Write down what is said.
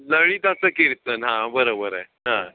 लळीताचं कीर्तन हां बरोबर आहे हां